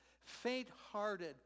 faint-hearted